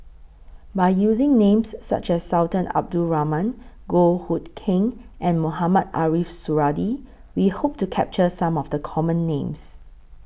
By using Names such as Sultan Abdul Rahman Goh Hood Keng and Mohamed Ariff Suradi We Hope to capture Some of The Common Names